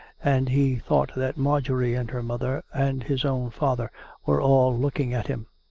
and he thought that marjorie and her mother and his own father were all look ing at him.